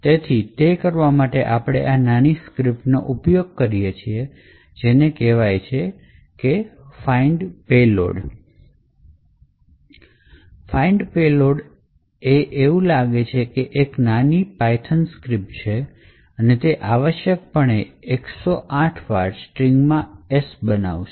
તેથી તે કરવા માટે આપણે આ નાની સ્ક્રિપ્ટનો ઉપયોગ કરીએ છીએ જેને કહે છે ફાઇન્ડ પેલોડ તેથી find payload એવું લાગે છે કે તે એક નાની python script છે અને તે આવશ્યકપણે 108 વાર સ્ટ્રિંગ S માં બનાવે છે